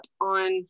on